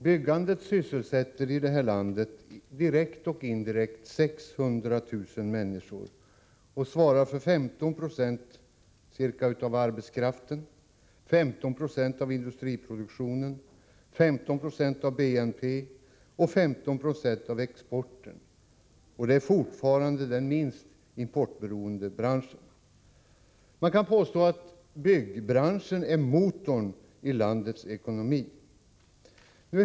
Byggandet i detta land sysselsätter direkt och indirekt 600 000 människor och svarar för ca 15 90 av | arbetskraften, 15 20 av industriproduktionen, 15 20 av BNP samt 15 96 av exporten. Byggandet är fortfarande den minst importberoende branschen. Man kan påstå att byggsektorn är motorn i landets ekonomi.